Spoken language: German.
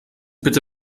bitte